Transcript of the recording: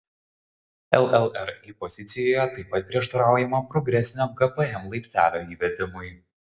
llri pozicijoje taip pat prieštaraujama progresinio gpm laiptelio įvedimui